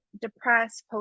depressed